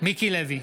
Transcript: מיקי לוי,